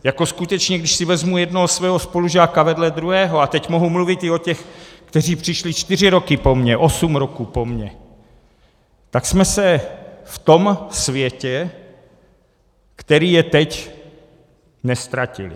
Jako skutečně když si vezmu jednoho svého spolužáka vedle druhého, a teď mohu mluvit i o těch, kteří přišli čtyři roky po mně, osm roků po mně, tak jsme se v tom světě, který je teď, neztratili.